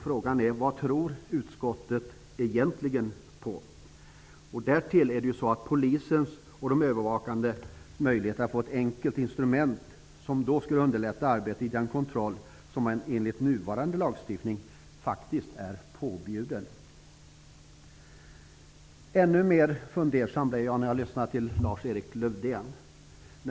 Frågan är: Vad tror utskottet egentligen på? Därtill skulle polisen och de övervakande myndigheterna få ett enkelt instrument som skulle underlätta arbetet i den kontroll som enligt nuvarande lagstiftning faktiskt är påbjuden. Ännu mer fundersam blev jag när jag lyssnade till Lars-Erik Lövdén.